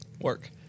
work